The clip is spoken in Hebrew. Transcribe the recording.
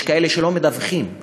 יש כאלה שלא מדווחים,